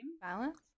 Balance